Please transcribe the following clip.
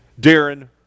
Darren